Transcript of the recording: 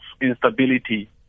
instability